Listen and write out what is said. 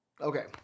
Okay